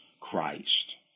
Christ